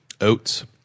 Oats